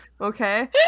okay